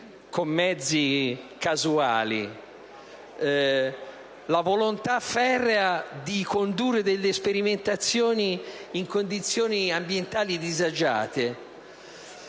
con mezzi casuali; la volontà ferrea di condurre delle sperimentazioni in condizioni ambientali disagiate.